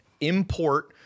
import